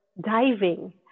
diving